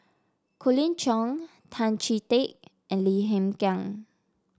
Colin Cheong Tan Chee Teck and Lim Hng Kiang